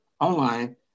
online